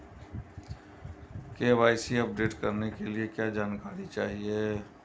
KYC update करने के लिए क्या जानकारी चाहिए?